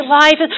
life